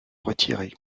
retirer